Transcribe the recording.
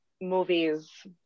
movies